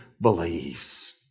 believes